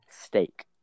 Steak